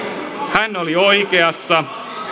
hän oli oikeassa